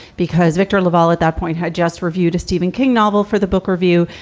because victor laval at that point had just reviewed a stephen king novel for the book review.